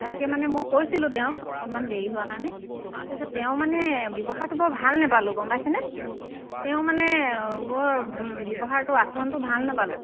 তাকে মানে মই কৈছিলোঁ তেওঁক অকণমান দেৰি হোৱা কাৰণে তাৰপিছত তেওঁ মানে ব্যৱহাৰটো বৰ ভাল নাপালোঁ গম পাইছেনে তেওঁ মানে বৰ ব্যৱহাৰটো আচৰণটো ভাল নাপালোঁ